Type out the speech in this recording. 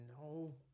No